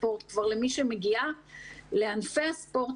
הספורט ולמי שכבר מגיעה לענפי הספורט.